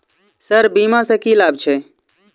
Sir बीमा सँ की लाभ छैय?